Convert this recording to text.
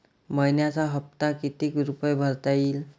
मइन्याचा हप्ता कितीक रुपये भरता येईल?